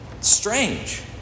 strange